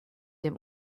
dem